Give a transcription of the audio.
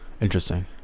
interesting